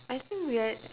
I think we are